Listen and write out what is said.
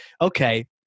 okay